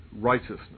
righteousness